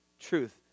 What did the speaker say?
truth